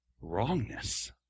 wrongness